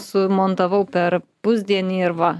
sumontavau per pusdienį ir va